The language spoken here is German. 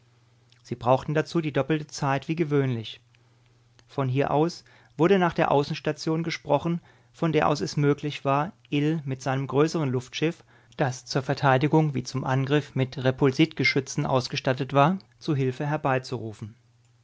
sie brauchten dazu die doppelte zeit wie gewöhnlich von hier aus wurde nach der außenstation gesprochen von der aus es möglich war ill mit seinem größeren luftschiff das zur verteidigung wie zum angriff mit repulsitgeschützen ausgerüstet war zur hilfe herbeizurufen